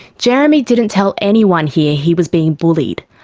jeremy didn't tell anyone here he was being bullied,